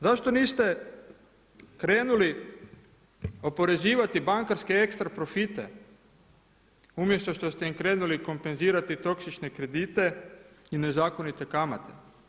Zašto niste krenuli oporezivati bankarske ekstra profite umjesto što ste im krenuli kompenzirati toksične kredite i nezakonite kamate?